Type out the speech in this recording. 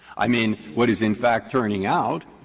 i mean, what is in fact turning out